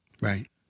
Right